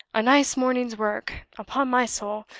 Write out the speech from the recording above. a nice morning's work. upon my soul,